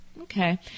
Okay